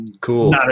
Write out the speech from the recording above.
Cool